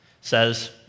says